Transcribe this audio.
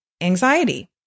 anxiety